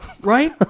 Right